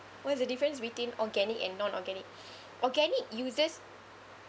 what's the difference between organic and non-organic organic uses